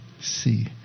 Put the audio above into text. see